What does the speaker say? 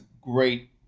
great